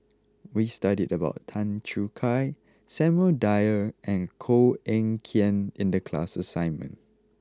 we studied about Tan Choo Kai Samuel Dyer and Koh Eng Kian in the class assignment